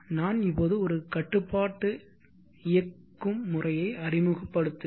நான் இப்போது ஒரு கட்டுப்பாட்டு இயக்கும் முறையை அறிமுகப்படுத்துவேன்